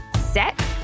set